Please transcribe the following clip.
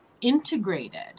integrated